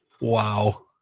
Wow